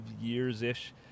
years-ish